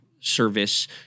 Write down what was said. service